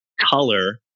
color